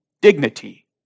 dignity